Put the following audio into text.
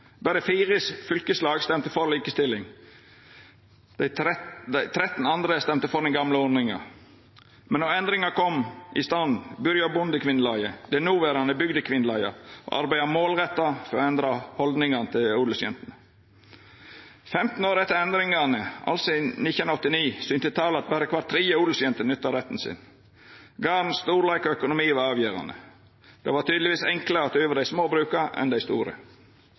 fire fylkeslag stemte for likestilling. Tretten andre stemte for den gamle ordninga. Men då endringa kom i stand, byrja Bondekvinnelaget – det noverande Bygdekvinnelaget – å arbeida målretta for å endra haldningane hjå odelsjentene. 15 år etter endringane, altså i 1989, synte tala at berre kvar tredje odelsjente nytta retten sin. Storleiken på garden og økonomi var avgjerande. Det var tydeleg enklare å overta dei små bruka enn dei store.